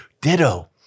ditto